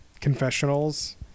confessionals